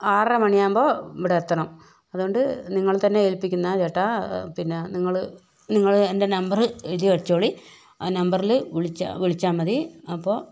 ആറര മണിയാകുമ്പോൾ ഇവിടെ എത്തണം അതുകൊണ്ട് നിങ്ങളെ തന്നെ ഏൽപ്പിക്കുന്നു കേട്ടോ പിന്നെ നിങ്ങള് നിങ്ങള് എൻ്റെ നമ്പർ എഴുതി വച്ചോളി ആ നമ്പറിൽ വിളിച്ചാൽ വിളിച്ചാൽ മതി അപ്പോൾ പിന്നെ